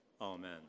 Amen